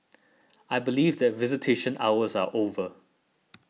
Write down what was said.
I believe that visitation hours are over